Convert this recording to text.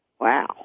Wow